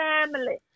family